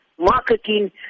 marketing